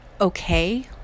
okay